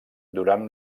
durant